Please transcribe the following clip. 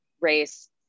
race